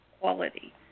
Quality